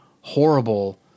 horrible